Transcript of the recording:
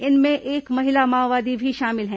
इनमें एक महिला माओवादी भी शामिल हैं